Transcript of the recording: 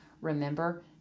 remember